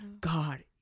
God